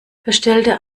verstellte